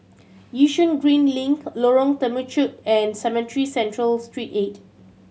Yishun Green Link Lorong Temechut and Cemetry Central Street Eight